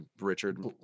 Richard